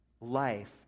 life